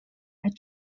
had